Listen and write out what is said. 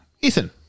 Ethan